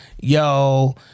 yo